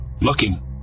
Looking